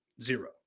Zero